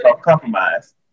compromise